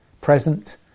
present